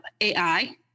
AI